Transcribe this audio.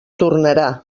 tornarà